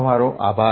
તમારો આભાર